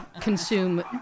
consume